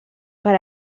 per